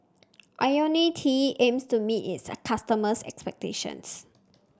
IoniL T aims to meet its customers' expectations